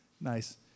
Nice